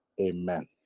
Amen